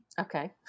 Okay